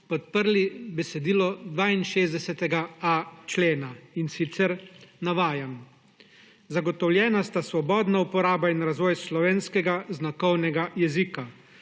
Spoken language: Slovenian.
podprli besedilo 62.a člena, in sicer navajam, »zagotovljena sta svobodna uporaba in razvoj slovenskega znakovnega jezika.